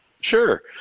Sure